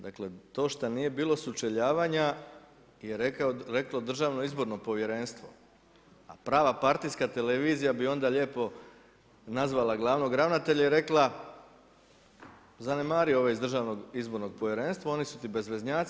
Dakle, to što nije bilo sučeljavanja je reklo Državno izborno povjerenstvo, a prava partijska televizija bi onda lijepo nazvala glavnog ravnatelja i rekla zanemari ove iz Državnog izbornog povjerenstva, oni su ti bezveznjaci.